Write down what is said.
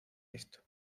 esto